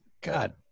God